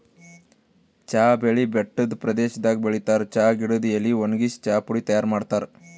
ಚಾ ಬೆಳಿ ಬೆಟ್ಟದ್ ಪ್ರದೇಶದಾಗ್ ಬೆಳಿತಾರ್ ಚಾ ಗಿಡದ್ ಎಲಿ ವಣಗ್ಸಿ ಚಾಪುಡಿ ತೈಯಾರ್ ಮಾಡ್ತಾರ್